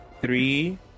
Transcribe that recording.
three